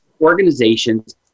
organizations